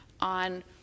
on